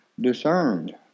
discerned